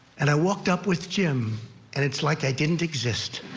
and i walked up with jim and it's like i didn't exist.